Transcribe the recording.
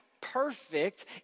perfect